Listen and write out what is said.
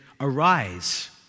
arise